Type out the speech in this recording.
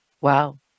Wow